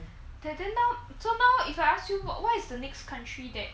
the~ then now so now if I ask you what what is the next country that